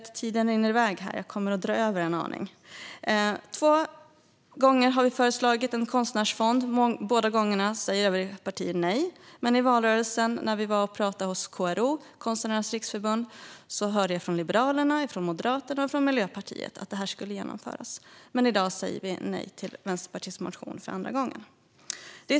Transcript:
En liknande situation upplever jag med vårt förslag om en konstnärsfond. Två gånger har vi föreslagit en konstnärsfond, men båda gångerna har övriga partier sagt nej. I valrörelsen, när vi var hos KRO, Konstnärernas Riksorganisation, hörde jag från Liberalerna, Moderaterna och Miljöpartiet att det här skulle genomföras. Men i dag säger man nej till Vänsterpartiets motion för andra gången.